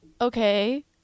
okay